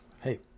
Hey